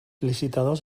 licitadors